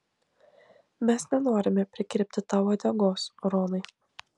mes nenorime prikirpti tau uodegos ronai